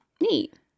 Neat